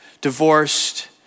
divorced